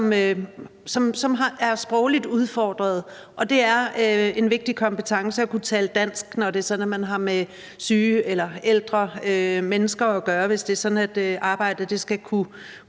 er sprogligt udfordret, og det er en vigtig kompetence at kunne tale dansk, når man har med syge eller ældre mennesker at gøre, hvis arbejdet skal kunne